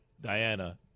Diana